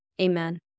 amen